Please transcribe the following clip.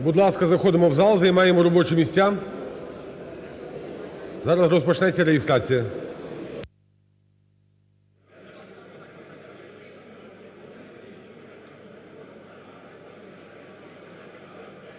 Будь ласка, заходимо в зал, займаємо робочі місця. Зараз розпочнеться реєстрація.